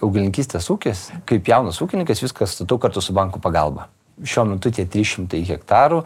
augalininkystės ūkis kaip jaunas ūkininkas viską statau kartu su bankų pagalba šiuo metu tie trys šimtai hektarų